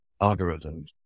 algorithms